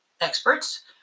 experts